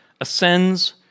ascends